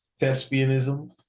thespianism